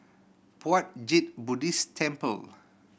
Puat Jit Buddhist Temple